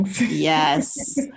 Yes